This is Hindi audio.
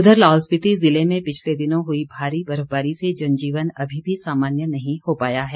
उधर लाहौल स्पीति ज़िले में पिछले दिनों हुई भारी बर्फबारी से जनजीवन अभी भी सामान्य नहीं हो पाया है